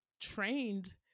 trained